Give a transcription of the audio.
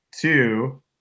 Two